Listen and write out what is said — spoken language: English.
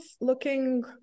looking